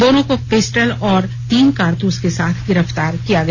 दोनों को पिस्टल और तीन कारतूस के साथ गिरफ्तार किया गया